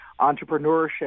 entrepreneurship